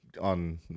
on